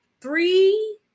three